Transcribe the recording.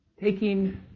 taking